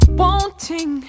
wanting